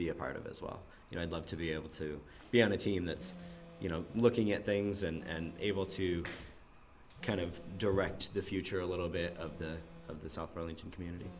be a part of as well you know i'd love to be able to be on a team that's you know looking at things and able to kind of direct the future a little bit of the of the south burlington community